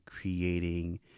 creating